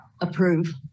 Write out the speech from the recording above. Approve